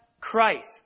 Christ